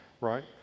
right